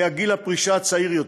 היה גיל הפרישה צעיר יותר.